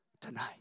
tonight